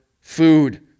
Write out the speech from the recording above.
food